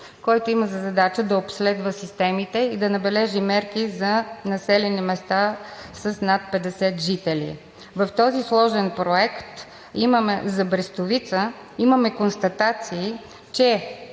който има за задача да обследва системите и да набележи мерки за населени места с над 50 жители. В този сложен проект за Брестовица имаме констатации, че